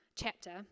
chapter